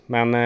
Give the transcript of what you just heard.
Men